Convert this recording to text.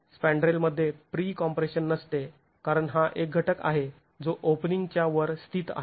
स्पँड्रेलमध्ये pre compression नसते कारण हा एक घटक आहे जो ओपनिंग च्या वर स्थित आहे